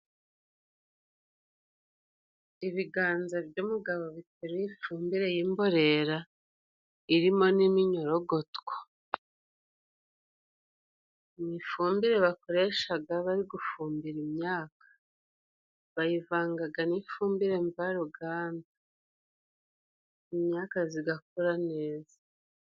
Ibiganza by'umugabo biteruye ifumbire y'imborera irimo n'iminyorogotwo. Ifumbire bakoreshaga bari gufumbira imyaka. Bayivangaga n'ifumbire mvaruganda. Imyaka zigakura neza.